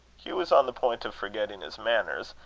hugh was on the point of forgetting his manners,